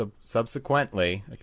subsequently